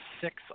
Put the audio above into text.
six